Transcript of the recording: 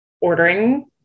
ordering